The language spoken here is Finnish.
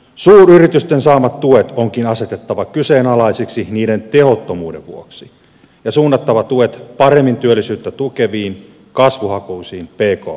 suuryritysten saamat tuet onkin asetettava kyseenalaisiksi niiden tehottomuuden vuoksi ja suunnattava tuet paremmin työllisyyttä tukeviin kasvuhakuisiin pk yrityksiin